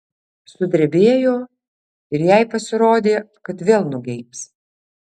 sudrebėjo ir jai pasirodė kad vėl nugeibs